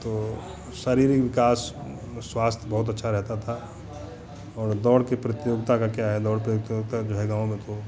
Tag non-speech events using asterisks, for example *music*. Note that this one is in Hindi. तो शारीरिक विकास स्वास्थ्य बहुत अच्छा रहता था और दौड़ की प्रतियोगिता का क्या है दौड़ *unintelligible* प्रतियोगिता जो है गाँव में तो